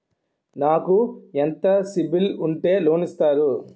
నాకు ఎంత సిబిఐఎల్ ఉంటే లోన్ ఇస్తారు?